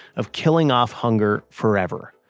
of killing off hunger forever.